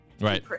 Right